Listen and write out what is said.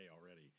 already